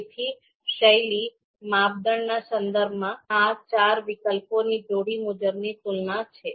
તેથી શૈલી માપદંડના સંદર્ભમાં આ ચાર વિકલ્પોની જોડી મુજબની તુલના છે